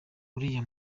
uriya